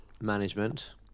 Management